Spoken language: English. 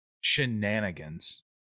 shenanigans